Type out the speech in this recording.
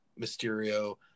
Mysterio